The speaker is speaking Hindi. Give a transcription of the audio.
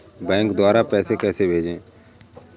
बैंक द्वारा पैसे कैसे भेजें?